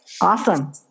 awesome